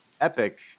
epic